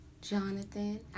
Jonathan